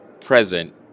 present